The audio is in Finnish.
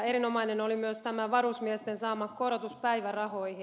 erinomainen oli myös varusmiesten saama korotus päivärahoihin